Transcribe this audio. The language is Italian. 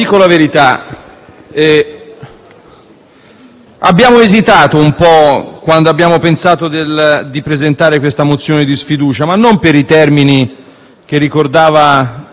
abbiamo esitato un po' quando abbiamo pensato di presentare la mozione di sfiducia, ma non per i termini che ricordava il collega De Falco.